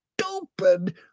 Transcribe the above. stupid